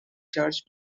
charge